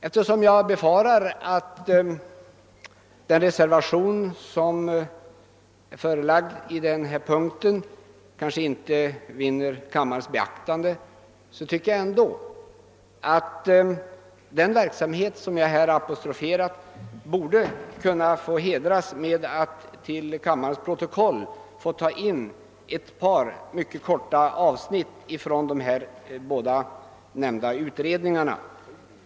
Eftersom jag befarar att den reservation som föreligger vid den här punkten inte vinner kammarens beaktande, tycker jag att den verksamhet som jag här apostroferat ändå borde kunna få hedras genom att till kammarens protokoll tas in ett par mycket korta avsnitt från de båda nämnda utredningarna.